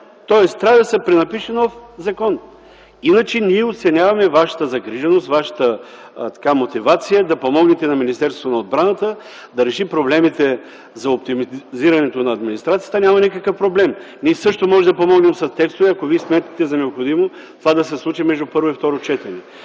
Тоест трябва да се пренапише нов закон. Иначе ние оценяваме вашата загриженост, вашата мотивация да помогнете на Министерството на отбраната да реши проблемите за оптимизирането на администрацията. Няма никакъв проблем! Ние също можем да помогнем с текстове, ако Вие сметнете за необходимо това да се случи между първо и второ четене.